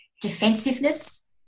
Defensiveness